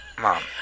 Mom